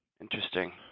Interesting